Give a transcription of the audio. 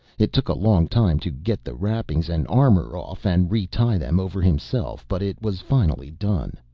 it took a long time to get the wrappings and armor off and retie them over himself, but it was finally done.